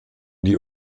die